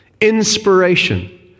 Inspiration